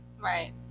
Right